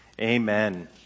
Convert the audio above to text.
Amen